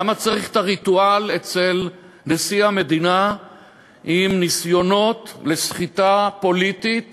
למה צריך את הריטואל אצל נשיא המדינה עם ניסיונות לסחיטה פוליטית